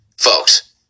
Folks